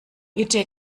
bitte